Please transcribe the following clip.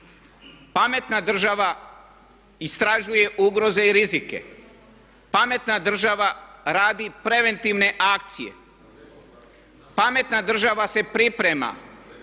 Pametna država istražuje ugroze i rizike, pametna država radi preventivne akcije, pametna država se priprema.